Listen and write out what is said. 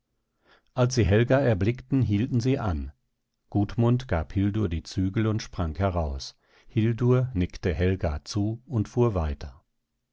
als sie helga erblickten hielten sie an gudmund gab hildur die zügel und sprang heraus hildur nickte helga zu und fuhr weiter